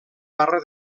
barra